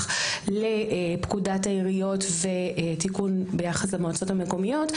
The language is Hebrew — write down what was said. לפקודת העיריות והתיקון ביחס למועצות המקומיות,